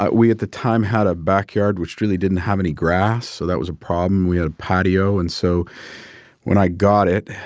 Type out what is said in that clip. we at the time had a backyard which really didn't have any grass, so that was a problem. we had a patio. and so when i got it,